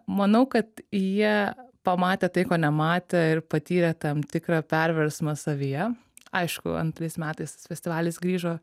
manau kad jie pamatė tai ko nematė ir patyrė tam tikrą perversmą savyje aišku antrais metais tas festivalis grįžo